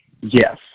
Yes